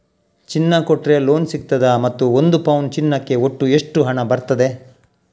ಚಿನ್ನ ಕೊಟ್ರೆ ಲೋನ್ ಸಿಗ್ತದಾ ಮತ್ತು ಒಂದು ಪೌನು ಚಿನ್ನಕ್ಕೆ ಒಟ್ಟು ಎಷ್ಟು ಹಣ ಬರ್ತದೆ?